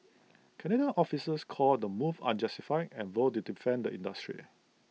Canadian officials called the move unjustified and vowed to defend the industry